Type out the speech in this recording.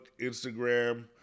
Instagram